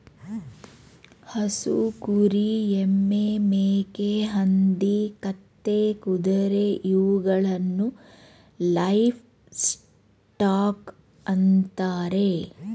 ಹಸು, ಕುರಿ, ಎಮ್ಮೆ, ಮೇಕೆ, ಹಂದಿ, ಕತ್ತೆ, ಕುದುರೆ ಇವುಗಳನ್ನು ಲೈವ್ ಸ್ಟಾಕ್ ಅಂತರೆ